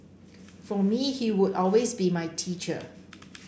for me he would always be my teacher